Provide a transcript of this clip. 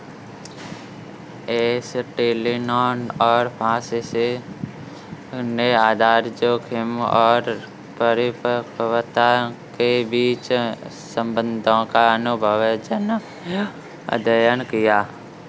एस्टेलिनो और फ्रांसिस ने आधार जोखिम और परिपक्वता के बीच संबंधों का अनुभवजन्य अध्ययन किया